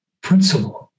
principle